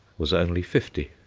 was only fifty.